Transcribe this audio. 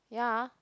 yeah